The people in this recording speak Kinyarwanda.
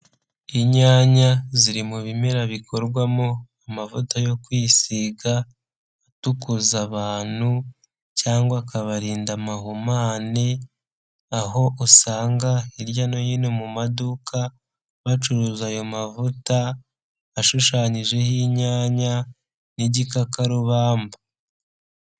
Inyanya ziri mu bimera bikorwamo amavuta yo kwisiga atukuza abantu cyangwa akabarinda amahumane, aho usanga hirya no hino mu maduka bacuruza ayo mavuta ashushanyijeho inyanya n'igikakarubamba.